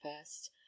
first